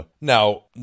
now